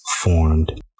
formed